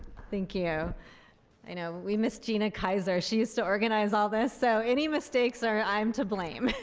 thank you. you know we miss gina kaiser. she used to organize all this so any mistakes are i'm to blame.